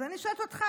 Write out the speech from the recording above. אז אני שואלת אותך,